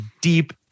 deep